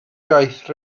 iaith